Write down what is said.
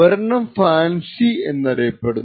ഒരെണ്ണം FANCI എന്നറിയപ്പെടുന്നു